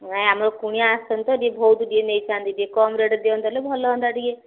ନାଇଁ ଆମର କୁଣିଆ ଆସନ୍ତୁ ଟିକେ ବହୁତ ଟିକେ ନେଇଥାଆନ୍ତି ଟିକେ କମ୍ ରେଟ୍ ଦିଅନ୍ତେ ହେଲେ ଭଲ ହୁଅନ୍ତା ଟିକେ